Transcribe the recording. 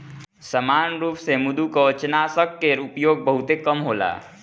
सामान्य रूप से मृदुकवचनाशक के उपयोग बहुते कम होला